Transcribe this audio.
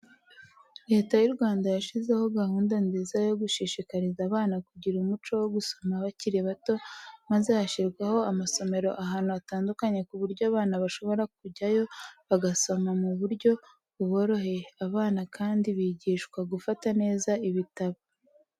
Leta y'u Rwanda yashyizeho gahunda nziza yo gushishikariza abana kugira umuco wo gusoma bakiri bato, maze hashyirwaho amasomero ahantu hatandukanye ku buryo abana boshobora kujyayo bagasoma mu buryo buboroheye, abana kandi bigishwa gufata neza ibitabo.